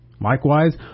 Likewise